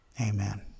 Amen